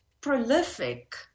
prolific